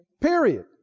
Period